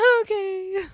Okay